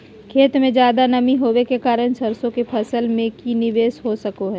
खेत में ज्यादा नमी होबे के कारण सरसों की फसल में की निवेस हो सको हय?